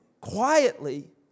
quietly